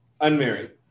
unmarried